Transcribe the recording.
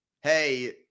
hey